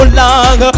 long